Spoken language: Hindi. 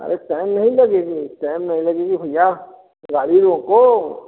अरे टायम नहीं लगेगी टाम नहीं लगेगी भैया गाड़ी रोको